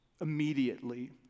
immediately